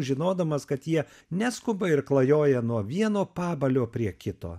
žinodamas kad jie neskuba ir klajoja nuo vieno pabalio prie kito